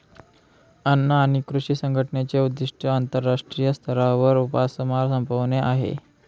अन्न आणि कृषी संघटनेचे उद्दिष्ट आंतरराष्ट्रीय स्तरावर उपासमार संपवणे आहे